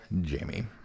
Jamie